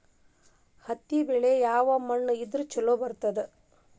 ಹತ್ತಿ ಬೆಳಿ ಯಾವ ಮಣ್ಣ ಇದ್ರ ಛಲೋ ಬರ್ತದ?